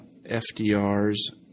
FDR's